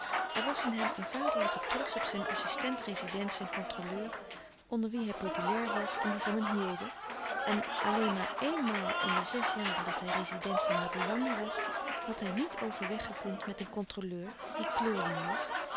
er was in hem een vaderlijke trots op zijn assistent rezidents en controleurs onder wie hij populair was en die van hem hielden en alleen maar eenmaal in de zes jaren dat hij rezident van laboewangi was had hij niet overweg gekund met louis couperus de stille kracht een controleur die kleurling was